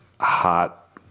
hot